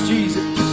Jesus